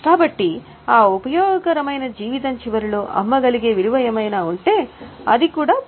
కాబట్టి ఆ ఉపయోగకరమైన జీవిత చివరలో అమ్మగలిగే విలువ ఏమైనా ఉంటే అది కూడా పరిగణించబడుతుంది